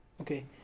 Okay